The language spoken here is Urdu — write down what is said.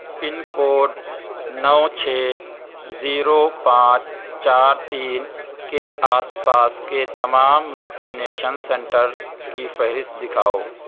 پن کوڈ نو چھ زیرو پانچ چار تین کے آس پاس کے تمام ویکسینیشن سینٹر کی فہرست دکھاؤ